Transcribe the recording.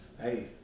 Hey